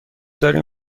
داریم